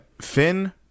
Finn